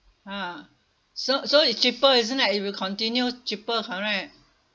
ah so so it's cheaper isn't that if you continue cheaper correct